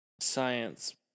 science